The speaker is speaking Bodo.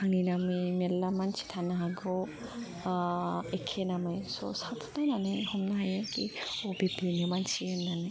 आंनि नामनि मेरला मानसि थानो हागौ एखे नामनि स' सावथुन होनानै हमनो हायो कि अ बे बेनि मानसि होननानै